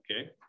Okay